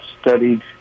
studied